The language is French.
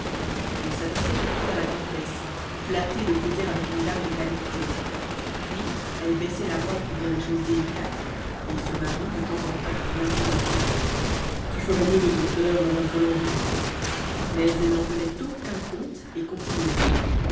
elle s'adressait surtout à la comtesse flattée de causer avec une dame de qualité puis elle baissait la voix pour dire des choses délicates et son mari de temps en temps l'interrompait tu ferais mieux de te taire madame follenvie mais elle n'en tenait aucun compte et continuait